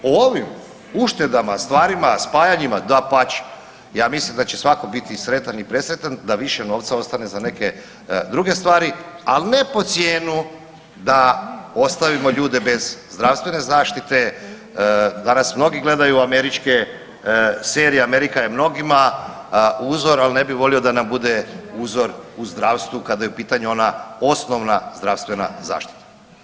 O ovim uštedama, stvarima, spajanjima dapače, ja mislim da će svako biti sretan i presretan da više novca ostane za neke druge stvari, ali ne pod cijenu da ostavimo ljude bez zdravstvene zaštite, danas mnogi gledaju američke serije, Amerika je mnogima uzor, ali ne bi volio da nam bude uzor u zdravstvu kada je u pitanju ona osnovna zdravstvena zaštita.